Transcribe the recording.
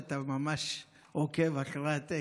זה שאתה ממש עוקב אחרי הטקסט.